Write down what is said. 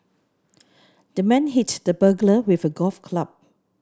the man hit the burglar with a golf club